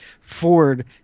ford